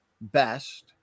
best